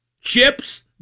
Chips